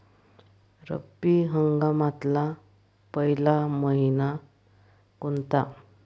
रब्बी हंगामातला पयला मइना कोनता?